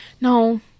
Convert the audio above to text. no